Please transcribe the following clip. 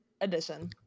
edition